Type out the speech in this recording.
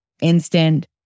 instant